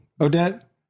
odette